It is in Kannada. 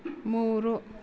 ಮೂರು